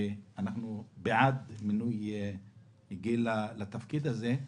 ואנחנו בעד מינוי גיל לתפקיד הזה,